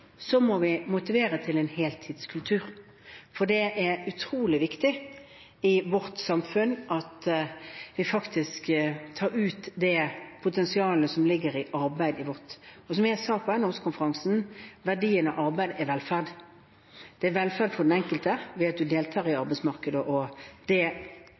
må vi motivere til en heltidskultur. Det er utrolig viktig i vårt samfunn at vi tar ut det potensialet som ligger i arbeidet vårt. Som jeg sa på NHO-konferansen: Verdien av arbeid er velferd. Det er velferd for den enkelte ved at man deltar i arbeidsmarkedet – det